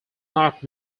not